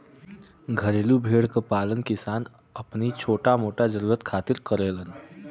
घरेलू भेड़ क पालन किसान अपनी छोटा मोटा जरुरत खातिर करेलन